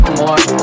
more